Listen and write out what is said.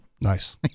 Nice